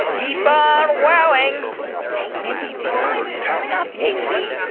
keep on wowing hey, mindy, do you mind turning off the ac?